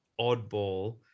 oddball